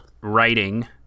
writing